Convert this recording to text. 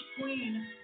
Queen